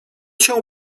się